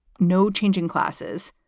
no changing classes,